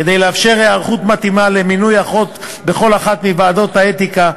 כדי לאפשר היערכות מתאימה למינוי אחות בכל אחת מוועדות האתיקה,